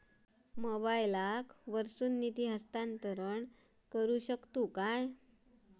मोबाईला वर्सून निधी हस्तांतरण करू शकतो काय?